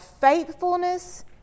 faithfulness